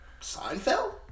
Seinfeld